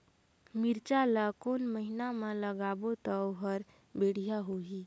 मिरचा ला कोन महीना मा लगाबो ता ओहार बेडिया होही?